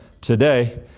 today